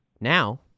Now